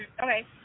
okay